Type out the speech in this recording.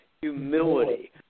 humility